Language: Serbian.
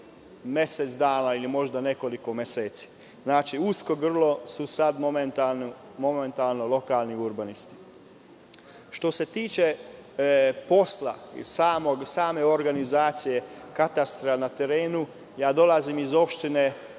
mesec dana ili možda nekoliko meseci. Znači, usko grlo su sad momentalno lokalni urbanisti. Što se tiče posla i same organizacije katastra na terenu, dolazim iz opštine Senta